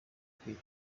imbere